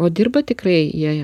o dirba tikrai jie